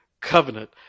covenant